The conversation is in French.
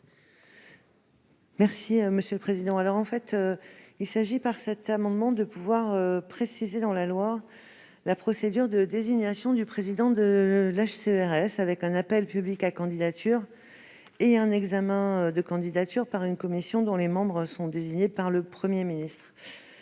est à Mme la ministre. Il s'agit, par cet amendement, de préciser dans la loi la procédure de désignation du président du Hcéres, avec un appel public à candidatures et un examen des candidatures par une commission dont les membres sont désignés par le Premier ministre.